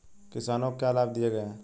किसानों को क्या लाभ दिए गए हैं?